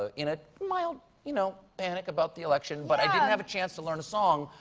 ah in a mild you know panic about the election. but i didn't have a chance to learn a song.